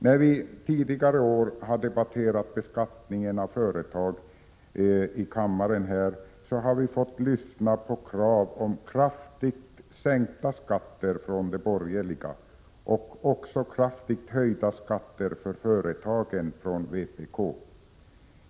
När vi tidigare år i kammaren har debatterat beskattningen av företag har framförts krav på kraftigt sänkta skatter från de borgerliga och krav på kraftigt höjda skatter för företagen från vpk.